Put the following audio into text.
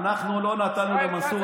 ישראל כץ היה שר האוצר,